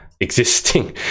existing